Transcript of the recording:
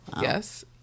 yes